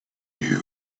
knew